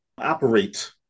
operate